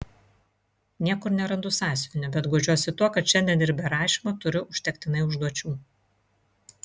niekur nerandu sąsiuvinio bet guodžiuosi tuo kad šiandien ir be rašymo turiu užtektinai užduočių